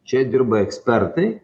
čia dirba ekspertai